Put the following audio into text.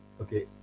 okay